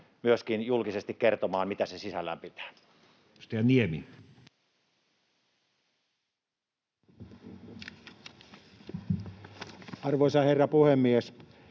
myöskin julkisesti kertomaan, mitä se sisällään pitää. [Speech 26] Speaker: